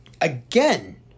again